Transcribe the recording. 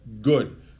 good